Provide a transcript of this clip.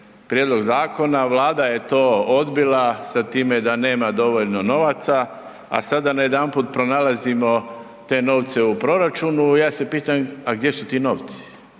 prijedlog zakona, Vlada je to odbila sa time da nema dovoljno novaca, a sada najedanput pronalazimo te novce u proračunu. I ja se pitam, gdje su ti novci?